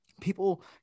people